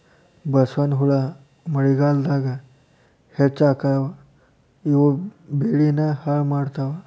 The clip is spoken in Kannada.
ಬಸವನಹುಳಾ ಮಳಿಗಾಲದಾಗ ಹೆಚ್ಚಕ್ಕಾವ ಇವು ಬೆಳಿನ ಹಾಳ ಮಾಡತಾವ